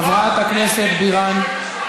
חברת הכנסת בירן.